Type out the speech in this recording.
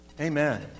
Amen